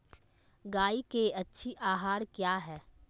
गाय के अच्छी आहार किया है?